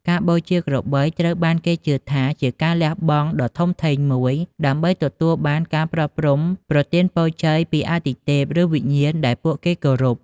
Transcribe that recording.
ការបូជាក្របីត្រូវបានគេជឿថាជាការលះបង់ដ៏ធំធេងមួយ ដើម្បីទទួលបានការប្រោសប្រទានពរជ័យពីអាទិទេព ឬវិញ្ញាណដែលពួកគេគោរព។